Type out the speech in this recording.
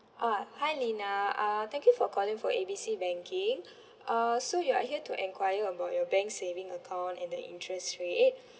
ah hi lina ah thank you for calling for A B C banking uh so you are here to enquire about your bank saving account and the interest rate